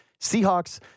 Seahawks